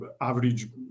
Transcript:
average